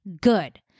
good